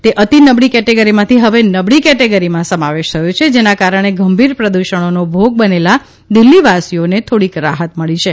તે અતિ નબળી કેટેગરીમાંથી હવે નબળી કેટેગરીમાં સમાવેશ થયો છે જેના કારણે ગંભિર પ્રદુષણનો ભોગ બનેલા દિલ્હીવાસીઓને થોડીક રાહત મળી છે